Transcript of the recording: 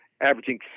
averaging